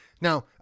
Now